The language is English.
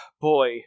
boy